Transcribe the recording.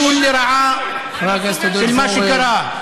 יש כאן ניצול לרעה של מה שקרה.